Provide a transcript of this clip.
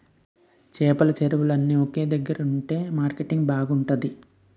చేపల చెరువులన్నీ ఒక దగ్గరుంతె మార్కెటింగ్ బాగుంతాది